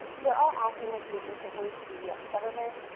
we are are acting as the official voice of the us government,